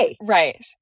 Right